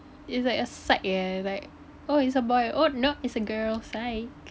it's like a sike eh like oh it's a boy oh no it's a girl sike